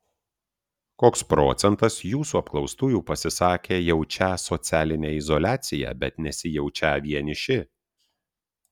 koks procentas jūsų apklaustųjų pasisakė jaučią socialinę izoliaciją bet nesijaučią vieniši